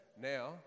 Now